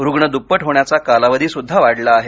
रुग्ण दप्पट होण्याचा कालावधीसुद्धा वाढला आहे